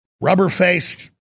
rubber-faced